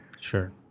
Sure